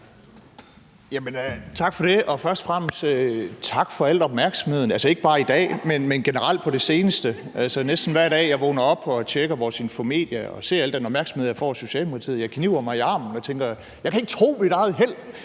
Tak for det, og først og fremmest tak for al opmærksomheden, altså ikke bare i dag, men generelt på det seneste. Altså, næsten hver dag vågner jeg op og tjekker vores Infomedia og ser al den opmærksomhed, jeg får af Socialdemokratiet. Jeg kniber mig i armen og tænker: Jeg kan ikke tro mit eget held